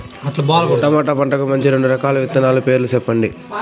tomato పంటకు మంచి రెండు రకాల విత్తనాల పేర్లు సెప్పండి